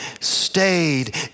stayed